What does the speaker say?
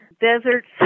deserts